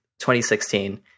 2016